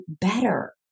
better